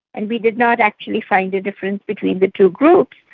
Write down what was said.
and we did not actually find a difference between the two groups.